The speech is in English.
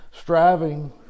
striving